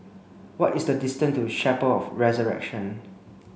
what is the distance to Chapel of the Resurrection